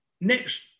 next